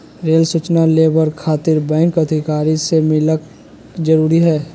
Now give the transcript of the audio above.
Rail सूचना लेबर खातिर बैंक अधिकारी से मिलक जरूरी है?